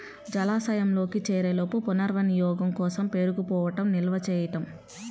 జలాశయంలోకి చేరేలోపు పునర్వినియోగం కోసం పేరుకుపోవడం నిల్వ చేయడం